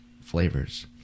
flavors